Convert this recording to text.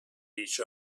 each